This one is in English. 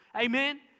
Amen